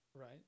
Right